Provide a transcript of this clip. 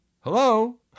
Hello